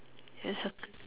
your soccer